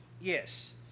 Yes